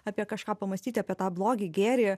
apie kažką pamąstyti apie tą blogį gėrį